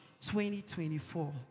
2024